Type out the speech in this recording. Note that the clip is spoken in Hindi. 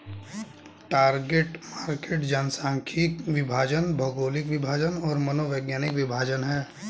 टारगेट मार्केट जनसांख्यिकीय विभाजन, भौगोलिक विभाजन और मनोवैज्ञानिक विभाजन हैं